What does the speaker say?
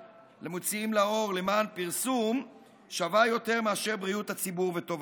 למוציאים לאור למען פרסום שווה יותר מאשר בריאות הציבור וטובתו.